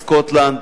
סקוטלנד,